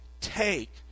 take